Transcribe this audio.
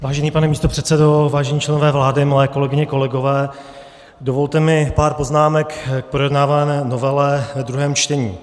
Vážený pane místopředsedo, vážení členové vlády, milé kolegyně, kolegové, dovolte mi pár poznámek k projednávané novele ve druhém čtení.